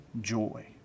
joy